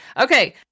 Okay